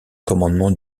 commandement